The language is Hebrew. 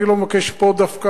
אני לא מבקש פה דווקא: